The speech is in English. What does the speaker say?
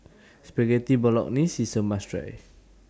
Spaghetti Bolognese IS A must Try